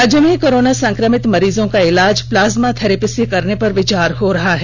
राज्य में कोरोना संक्रमित मरीजों का इलाज प्लाज्मा थेरेपी से करने पर विचार हो रहा है